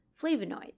flavonoids